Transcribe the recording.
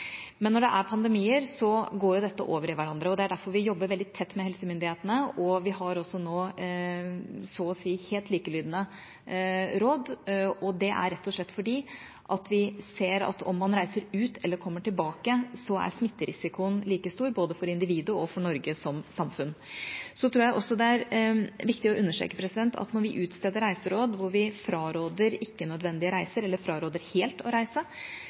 Men når det er pandemier, går dette over i hverandre. Det er derfor vi jobber veldig tett med helsemyndighetene, og vi har også nå så å si helt likelydende råd. Det er rett og slett fordi vi ser at om man reiser ut eller kommer tilbake, er smitterisikoen like stor både for individet og for Norge som samfunn. Så tror jeg også det er viktig å understreke at når vi utsteder reiseråd hvor vi fraråder ikke-nødvendige reiser eller fraråder helt å reise,